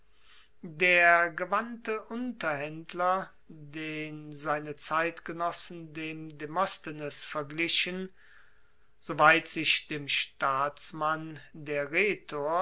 der gewandte unterhaendler den seine zeitgenossen dem demosthenes verglichen soweit sich dem staatsmann der rhetor